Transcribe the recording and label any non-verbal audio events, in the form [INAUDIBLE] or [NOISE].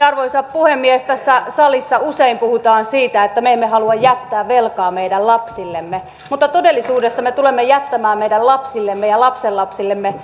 [UNINTELLIGIBLE] arvoisa puhemies tässä salissa usein puhutaan siitä että me emme halua jättää velkaa meidän lapsillemme mutta todellisuudessa me tulemme jättämään meidän lapsillemme ja lapsenlapsillemme [UNINTELLIGIBLE]